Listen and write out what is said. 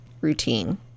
routine